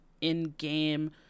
in-game